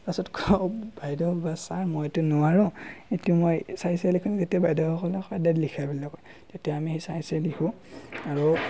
তাৰপাছত বাইদেউ বা ছাৰ মই এইটো নোৱাৰোঁ এতিয়া মই চাই চাই লিখিম তেতিয়া বাইদেৱে ক'লে হ'ব দে লিখা বুলি কয় তেতিয়া আমি চাই চাই লিখো আৰু